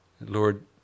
Lord